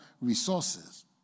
resources